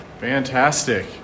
Fantastic